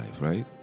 right